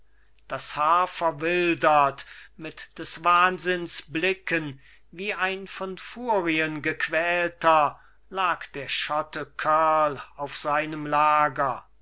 das haar verwildert mit des wahnsinns blicken wie ein von furien gequälter lag der schotte kurl auf seinem lager